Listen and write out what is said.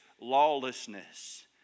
lawlessness